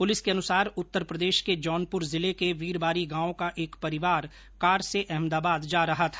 police के अनुसार उत्तर प्रदेश के जौनपुर जिले के वीरबारी गांव का एक परिवार कार से अहमदाबाद जा रहा था